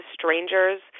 strangers